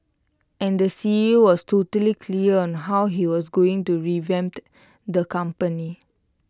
and the C E O was totally clear on how he was going to revamp the company